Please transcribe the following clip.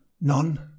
None